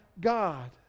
God